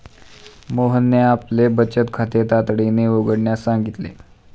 मोहनने आपले बचत खाते तातडीने उघडण्यास सांगितले